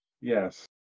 Yes